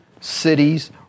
cities